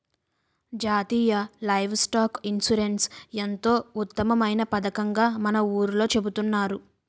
జాతీయ livestock insurance ఎంతో ఉత్తమమైన పదకంగా మన ఊర్లో చెబుతున్నారు